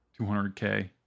200K